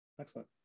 excellent